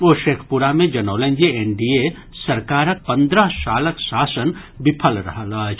ओ शेखपुरा मे जनौलनि जे एनडीए सरकारक पन्द्रह सालक शासन विफल रहल अछि